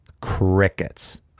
crickets